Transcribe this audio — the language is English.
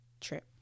trip